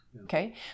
okay